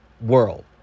world